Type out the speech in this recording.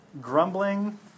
grumbling